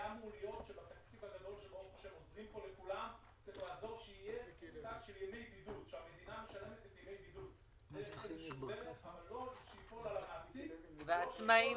בתקציב